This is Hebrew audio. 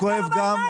לנו כואב גם.